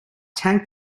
tank